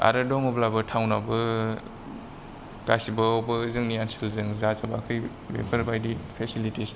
आरो दङब्लाबो टाउनावबो गासिबावबो जोंनि ओनसोलजों जाजोबाखै बेफोरबादि फेसेलिटिसा